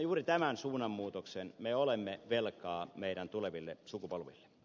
juuri tämän suunnanmuutoksen me olemme velkaa meidän tuleville sukupolville